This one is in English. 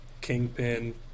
kingpin